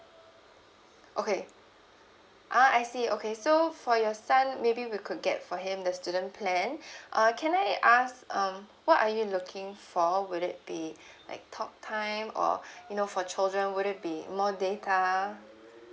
okay ah I see okay so for your son maybe we could get for him the student plan uh can I ask um what are you looking for will it be like talk time or you know for children will it be more data